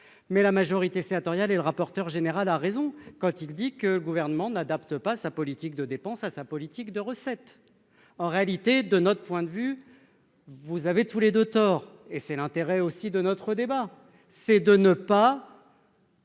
mais la majorité sénatoriale et le rapporteur général a raison quand il dit que le gouvernement n'adapte pas sa politique de dépenses à sa politique de recettes en réalité de notre point de vue, vous avez tous les deux tort et c'est l'intérêt aussi de notre débat, c'est de ne pas.